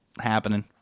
happening